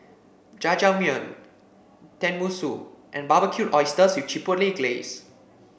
Jajangmyeon Tenmusu and Barbecued Oysters with Chipotle Glaze